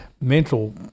mental